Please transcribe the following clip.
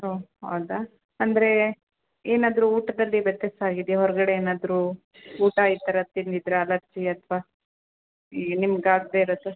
ಓ ಹೌದಾ ಅಂದರೆ ಏನಾದರು ಊಟದಲ್ಲಿ ವ್ಯತ್ಯಾಸ ಆಗಿದ್ಯಾ ಹೊರಗಡೆ ಏನಾದರೂ ಊಟ ಈ ಥರದ್ ತಿಂದಿದ್ದರಾ ಅಲರ್ಜಿ ಅಥ್ವಾ ಏ ನಿಮ್ಗೆ ಆಗದೇ ಇರೋದು